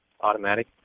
Automatic